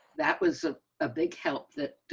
that was a big help that.